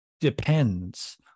depends